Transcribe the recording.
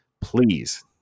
please